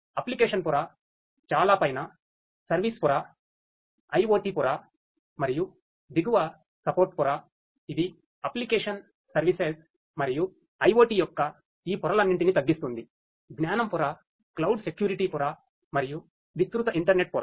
application పొర చాలా పైన సర్వీస్ పొర ఐయోటి పొర మరియు దిగువ సపోర్ట్ పొర ఇది అప్లికేషన్ సర్వీస్ మరియు ఐఒటి సెక్యూరిటీ పొర మరియు విస్తృత ఇంటర్నెట్పొర